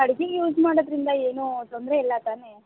ಅಡ್ಗೆಗೆ ಯೂಸ್ ಮಾಡೋದ್ರಿಂದ ಏನೂ ತೊಂದರೆ ಇಲ್ಲ ತಾನೇ